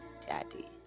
daddy